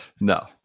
No